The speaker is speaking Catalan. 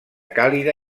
càlida